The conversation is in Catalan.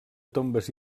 tombes